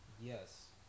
yes